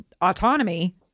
autonomy